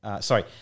sorry